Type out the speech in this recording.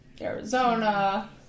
arizona